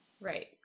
Right